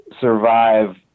survive